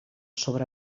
sobre